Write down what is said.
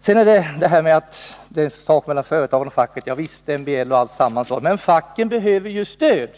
Sedan talet om att det är en sak mellan företaget och facket — MBL och sådant. Men facken behöver ju stöd.